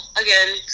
again